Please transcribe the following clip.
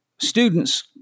students